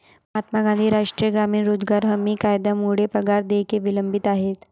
महात्मा गांधी राष्ट्रीय ग्रामीण रोजगार हमी कायद्यामुळे पगार देयके विलंबित आहेत